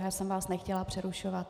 Jenom jsem vás nechtěla přerušovat.